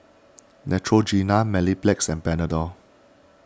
Neutrogena Mepilex and Panadol